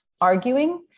arguing